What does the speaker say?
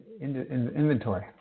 inventory